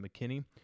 McKinney